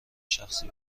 شخصی